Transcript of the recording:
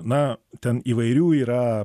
na ten įvairių yra